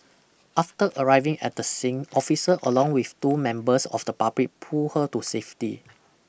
after arriving at the sing officer along with two members of the public pull her to safety